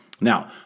Now